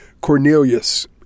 Cornelius